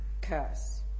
curse